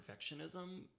perfectionism